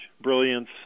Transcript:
brilliance